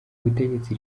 butegetsi